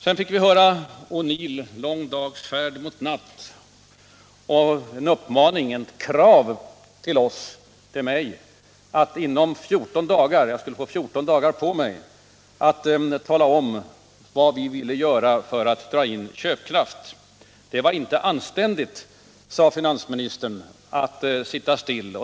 Så fick vi höra citat ur O'Neills ”Lång dags färd mot natt” och en uppmaning till oss och ett krav till mig att inom 14 dagar — jag skulle få 14 dagar på mig — tala om vad vi ville göra för att dra in köpkraft. Det var inte anständigt, sade förre finansministern, att sitta still.